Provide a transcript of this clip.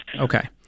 okay